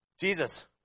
Jesus